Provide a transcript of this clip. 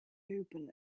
open